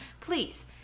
please